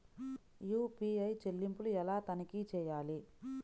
UPI చెల్లింపులు ఎలా తనిఖీ చేయాలి?